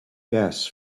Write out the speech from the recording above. gas